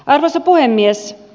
arvoisa puhemies